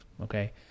okay